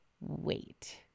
wait